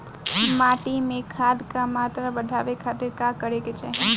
माटी में खाद क मात्रा बढ़ावे खातिर का करे के चाहीं?